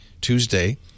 Tuesday